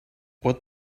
what